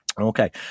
Okay